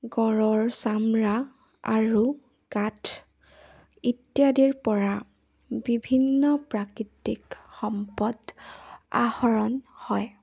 গঁড়ৰ চাম্ৰা আৰু কাঠ ইত্যাদিৰপৰা বিভিন্ন প্ৰাকৃতিক সম্পদ আহৰণ হয়